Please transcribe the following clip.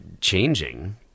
changing